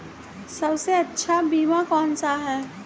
सबसे अच्छा बीमा कौन सा है?